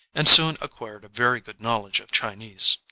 and soon acquired a very good knowledge of chinese.